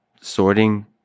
sorting